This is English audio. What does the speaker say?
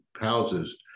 houses